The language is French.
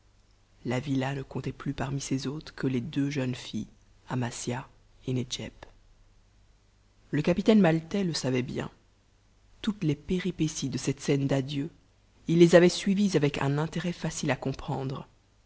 la villa ne comptait plus parmi ses hôtes que les deux jeunes filles amasia et nedjeb le capitaine maltais le savait bien toutes les péripéties de cette scène d'adieux il les avait suivies avec un intérêt facile à comprendre